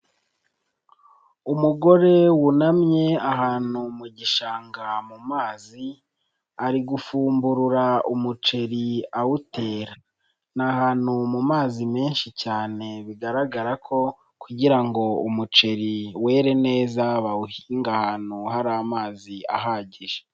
Umugore wunamye ahantu mu gishanga mu mazi, ari gufumburura umuceri awutera. Ni ahantu mu mazi menshi cyane bigaragara ko kugira ngo umuceri were neza bawuhinge ahantu hari amazi ahagije.